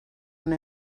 una